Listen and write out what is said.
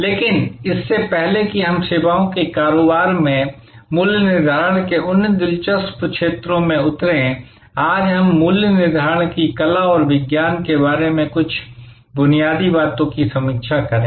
लेकिन इससे पहले कि हम सेवाओं के कारोबार में मूल्य निर्धारण के उन दिलचस्प क्षेत्रों में उतरें आज हम मूल्य निर्धारण की कला और विज्ञान के बारे में कुछ बुनियादी बातों की समीक्षा करें